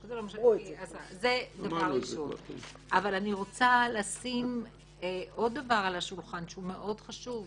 אבל אני רוצה לשים עוד דבר על השולחן שהוא מאוד חשוב,